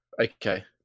okay